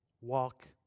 Walk